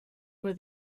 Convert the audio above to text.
were